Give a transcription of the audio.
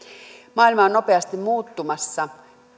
maailma on nopeasti muuttumassa